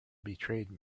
betrayed